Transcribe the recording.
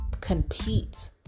compete